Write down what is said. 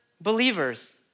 believers